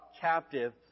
captive